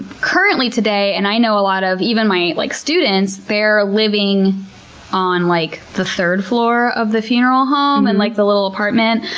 currently today, and i know a lot of, even my like students, they're living on like the third floor of the funeral home in and like the little apartment,